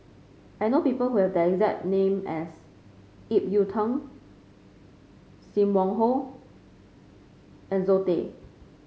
I know people who have the exact name as Ip Yiu Tung Sim Wong Hoo and Zoe Tay